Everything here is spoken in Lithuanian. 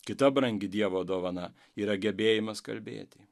kita brangi dievo dovana yra gebėjimas kalbėti